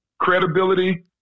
credibility